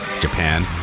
Japan